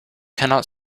cannot